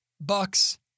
Bucks